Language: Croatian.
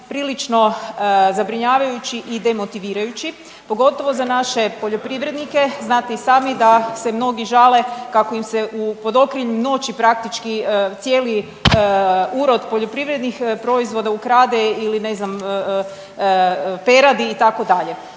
prilično zabrinjavajući i demotivirajući. Pogotovo za naše poljoprivrednike, znate i sami da se mnogi žale kako im se pod okriljem noći praktički cijeli urod poljoprivrednih proizvoda ukrade ili ne znam peradi itd.